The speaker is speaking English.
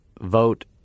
vote